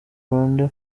rwanda